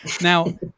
Now